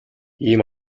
ийм